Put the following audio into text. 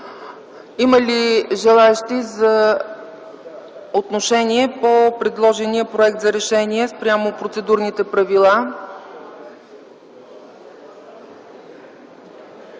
да вземат отношение по предложения проект за решение спрямо процедурните правила?